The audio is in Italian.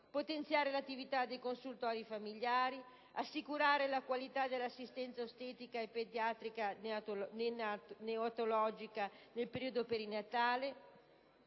potenziare l'attività dei consultori familiari, ad assicurare la qualità dell'assistenza ostetrica e pediatrico-neonatologica nel periodo perinatale;